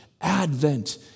Advent